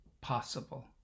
possible